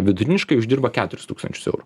vidutiniškai uždirbo keturis tūkstančius eurų